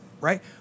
right